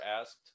asked